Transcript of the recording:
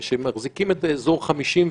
של תחבורה,